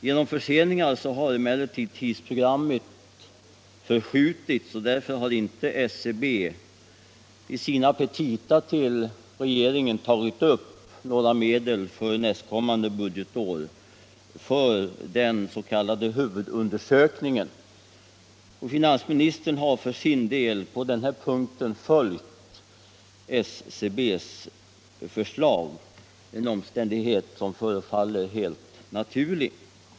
Genom förseningar har emellertid tidsprogrammet förskjutits, och därför har SCB i sina petita till regeringen inte tagit upp några medel för nästkommande budgetår för den s.k. huvudundersökningen. Finansministern har för sin del på den punkten följt SCB:s förslag - en omständighet som förefaller helt naturlig.